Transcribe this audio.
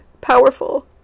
powerful